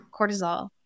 cortisol